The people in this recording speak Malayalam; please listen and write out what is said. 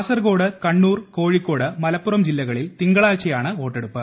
കാസർകോട് കണ്ണൂർ കോഴിക്കോട് മലപ്പുറം ജില്ലകളിൽ തിങ്കളാഴ്ചയാണ് വോട്ടെടുപ്പ്